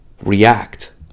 react